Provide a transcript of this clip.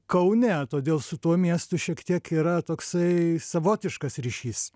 kaune todėl su tuo miestu šiek tiek yra toksai savotiškas ryšys